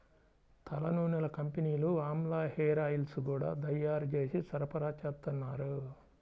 తలనూనెల కంపెనీలు ఆమ్లా హేరాయిల్స్ గూడా తయ్యారు జేసి సరఫరాచేత్తన్నారు